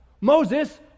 Moses